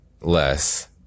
less